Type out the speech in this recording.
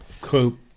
quote